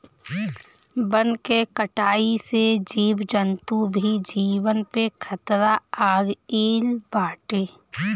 वन के कटाई से जीव जंतु के जीवन पे खतरा आगईल बाटे